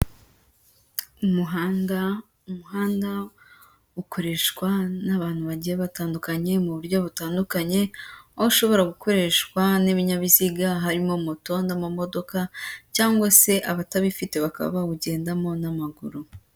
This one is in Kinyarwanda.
Umuhanda, umuhanda ukoreshwa n'abantu bagiye batandukanye, mu buryo butandukanye, aho ushobora gukoreshwa n'ibinyabiziga harimo moto, n'amamodoka, cyangwa se abatabifite bakaba bawugendamo n'amaguru.